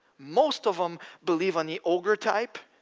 most of them believe on the ogre type,